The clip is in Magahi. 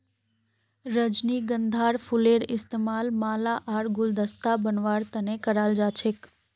रजनीगंधार फूलेर इस्तमाल माला आर गुलदस्ता बनव्वार तने कराल जा छेक